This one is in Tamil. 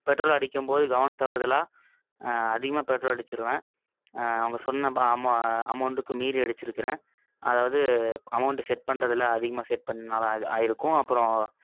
பெட்ரோல் அடிக்கும்போது கவனத் தவறுதலாக அதிகமாக பெட்ரோல் அடித்திருவேன் அவங்க சொன்ன அமௌண்டுக்கு மீறி அடித்திருக்கறேன் அதாவது அமௌண்ட்டு செட் பண்ணுறதுல அதிகமாக செட் பண்ணதுனால அது ஆகியிருக்கும் அப்புறம்